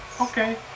Okay